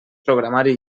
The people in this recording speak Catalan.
programari